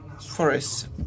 forests